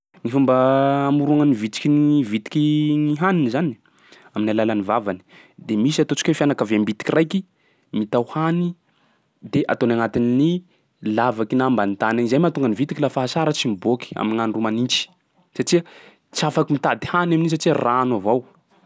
Ny fomba amorognan'ny vitsiky gny vitiky ny haniny zany, amin'ny alalan'ny vavany. De misy ataontsika hoe fianakaviam-bitiky raiky mitao hany de ataony agnatin'ny lavaky na ambany tany, zay mahatonga ny vitiky lafa asara tsy miboaky amin'gn'andro manintsy satsia tsy afaky mitady hany amin'iny satsia rano avo.